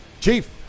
chief